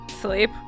Sleep